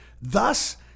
Thus